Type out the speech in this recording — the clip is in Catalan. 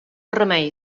remei